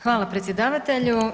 Hvala predsjedavatelju.